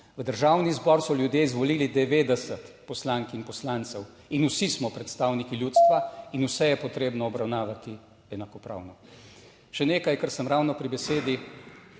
V Državni zbor so ljudje izvolili 90 poslank in poslancev in vsi smo predstavniki ljudstva in vse je potrebno obravnavati enakopravno. Še nekaj kar sem ravno pri besedi,